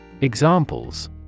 Examples